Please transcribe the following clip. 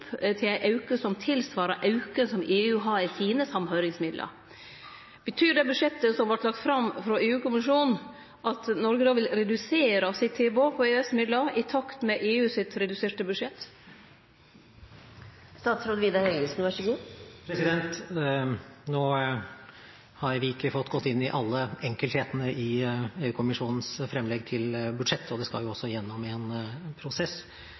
til en økning som tilsvarer den økningen EU har i sine samhørighetsmidler». Betyr det budsjettet som vart lagt fram av EU-kommisjonen, at Noreg vil redusere sitt tilbod på EØS-midlar i takt med EU sitt reduserte budsjett? Nå har vi ikke fått gått inn i alle enkelthetene i kommisjonens fremlegg til budsjett, og det skal jo også gjennom en prosess.